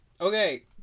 okay